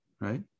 right